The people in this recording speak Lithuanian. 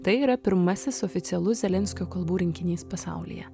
tai yra pirmasis oficialus zelenskio kalbų rinkinys pasaulyje